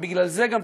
ובגלל זה גם,